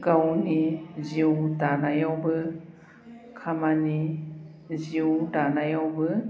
गावनि जिउ दानायावबो खामानि जिउ दानायावबो